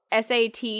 SAT